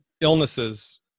illnesses